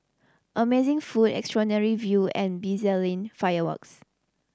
amazing food extraordinary view and bedazzling fireworks